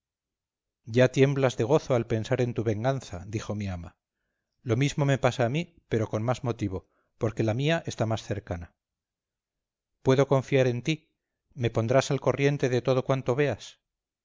ya tiemblas de gozo al pensar en tu venganza dijo mi ama lo mismo me pasa a mí pero con más motivo porque la mía está más cercana puedo confiar en ti me pondrás al corriente de todo cuanto veas